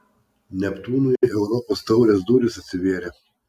neptūnui europos taurės durys atsivėrė